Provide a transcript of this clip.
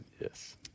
Yes